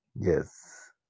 yes